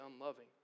unloving